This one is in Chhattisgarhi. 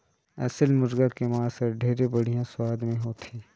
असेल मुरगा के मांस हर ढेरे बड़िहा सुवाद के होथे